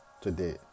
today